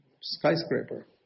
skyscraper